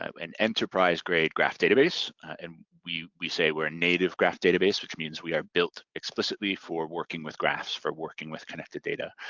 um an enterprise-grade graph database and we we say we're a native graph database which means we are built explicitly for working with graphs, for working with connected data.